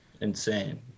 insane